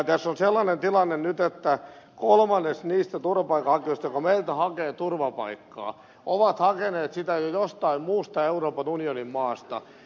tässä on sellainen tilanne nyt että kolmannes niistä turvapaikanhakijoista jotka meiltä hakevat turvapaikkaa on hakenut sitä jo jostain muusta euroopan unionin maasta